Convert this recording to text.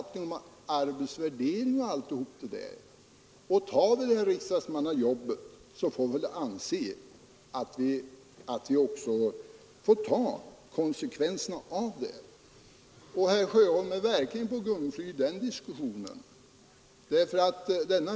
Tar vi riksdagsmannajobbet får vi väl också ta konsekvenserna av det. Herr Sjöholm är verkligen ute på gungfly i den här diskussionen.